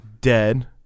dead